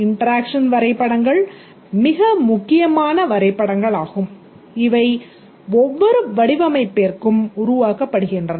interaction வரைபடங்கள் மிக முக்கியமான வரைபடங்களாகும் இவை ஒவ்வொரு வடிவமைப்பிற்கும் உருவாக்கப்படுகின்றன